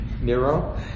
Nero